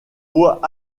voit